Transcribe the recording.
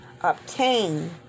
obtain